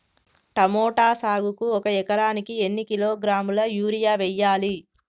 Tomato సాగుకు ఒక ఎకరానికి ఎన్ని కిలోగ్రాముల యూరియా వెయ్యాలి?